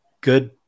good